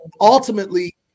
ultimately